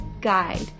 guide